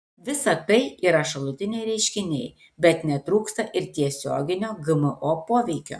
visa tai yra šalutiniai reiškiniai bet netrūksta ir tiesioginio gmo poveikio